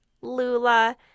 Lula